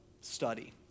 study